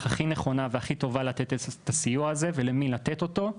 הכי נכונה והכי טובה לתת את הסיוע הזה ולמי לתת אותו.